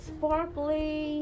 Sparkly